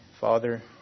Father